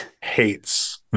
hates